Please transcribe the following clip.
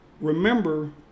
remember